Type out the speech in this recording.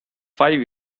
five